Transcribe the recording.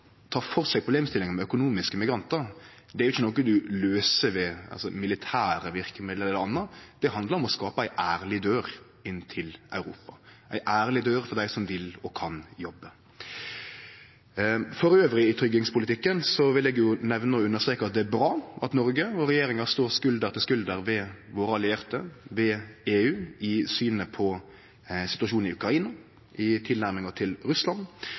problemstillinga med økonomiske migrantar er ikkje noko ein løyser med militære verkemiddel eller anna, det handlar om å skape ei ærleg dør inn til Europa, ei ærleg dør for dei som vil og kan jobbe. Elles i tryggingspolitikken vil eg nemne og understreke at det er bra at Noreg og regjeringa står skulder ved skulder med våre allierte og med EU i synet på situasjonen i Ukraina i tilnærminga til Russland.